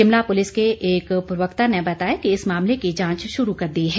Shimla police के एक प्रवक्ता ने बताया कि इस मामले की जांच शुरू कर दी है